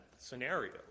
Scenario